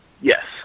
Yes